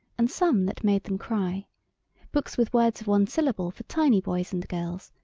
and some that made them cry books with words of one syllable for tiny boys and girls,